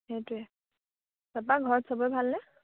সেইটোৱে তাপা ঘৰত চবৰে ভালনে